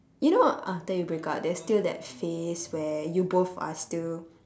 you know after you break up there's still that phase where you both are still